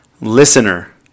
listener